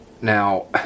Now